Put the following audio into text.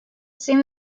seemed